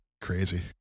Crazy